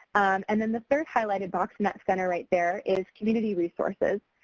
and then, the third highlighted box in that center right there is community resources.